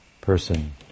person